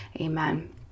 Amen